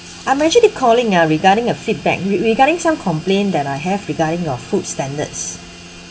I'm actually calling ah regarding a feedback re~ regarding some complaint that I have regarding your food standards